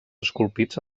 esculpits